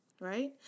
right